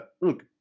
look